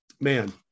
Man